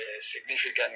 significant